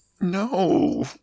No